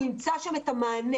הוא ימצא שם את המענה.